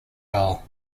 hole